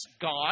God